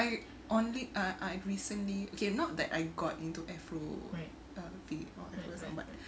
I only I I recently okay not that I got into afro because of what